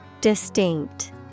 distinct